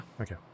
Okay